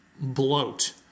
bloat